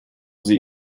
sie